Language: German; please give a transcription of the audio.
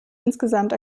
insgesamt